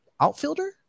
outfielder